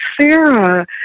Sarah